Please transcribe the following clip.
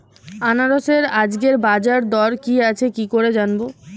আনারসের আজকের বাজার দর কি আছে কি করে জানবো?